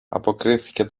αποκρίθηκε